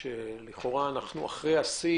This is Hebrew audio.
שלכאורה אנחנו אחרי השיא